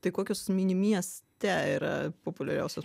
tai kokius mini mieste yra populiariausias